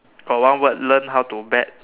got one word learn how to bet